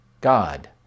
God